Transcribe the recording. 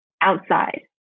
outside